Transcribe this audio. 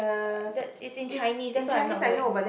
uh that it's in Chinese that's why I am not going